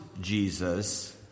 Jesus